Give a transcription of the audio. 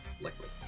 liquid